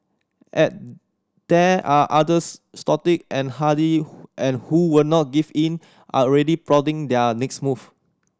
and there are others stoic and hardy who and who will not give in are already plotting their next move